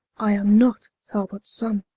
i am not talbots sonne.